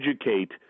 educate